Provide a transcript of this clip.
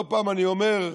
לא פעם אני אומר,